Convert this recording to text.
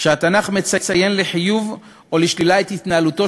שבו התנ"ך מציין לחיוב או לשלילה את התנהלותו